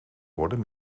worden